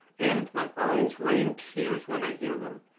and my eyes rain tears when i hear them.